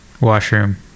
Washroom